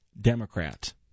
Democrat